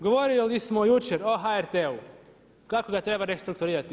Govorili smo jučer o HRT-u kako ga treba restrukturirati.